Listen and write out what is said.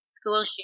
school